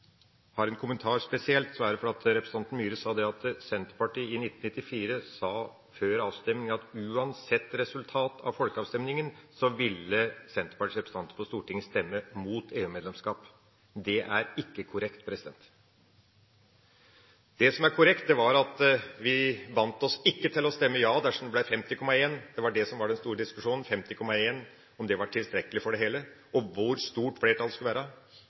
har en spesiell kommentar, er det fordi representanten Myhre sa at Senterpartiet før folkeavstemningen i 1994 sa at uansett resultatet av den ville deres representanter på Stortinget stemme mot EU-medlemskap. Det er ikke korrekt. Det som er korrekt, var at vi ikke bandt oss til å stemme ja dersom det ble 50,1 pst. Det var det som var den store diskusjonen – 50,1 pst. – om det var tilstrekkelig for det hele, og hvor stort flertall det skulle være,